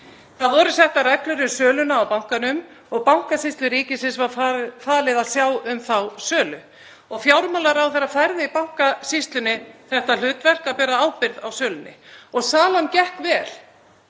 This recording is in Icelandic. Það voru settar reglur um söluna á bankanum og Bankasýslu ríkisins var falið að sjá um þá sölu. Fjármálaráðherra færði Bankasýslunni það hlutverk að bera ábyrgð á sölunni og salan gekk vel.